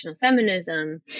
feminism